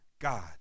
God